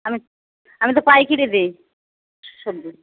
আমি আমি তো পাইকিরি দেই সবজি